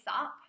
up